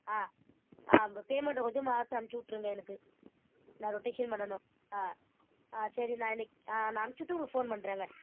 ஆ ஆ பேமெண்டு கொஞ்சம் பார்த்து அமுச்சு விட்ருங்க எனக்கு நான் ரொட்டேஷன் பண்ணணும் ஆ ஆ சரி நான் இன்றைக்கு ஆ நான் அமுச்சுவிட்டு உங்களுக்கு ஃபோன் பண்ணுறேங்க